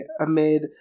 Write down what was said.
amid